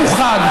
מאוחד.